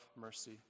mercy